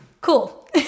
Cool